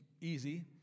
easy